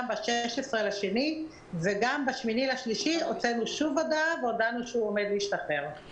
ב-16.2 וגם ב-8.3 הוצאנו שוב הודעה והודענו שהוא עומד להשתחרר.